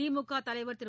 திமுக தலைவர் திரு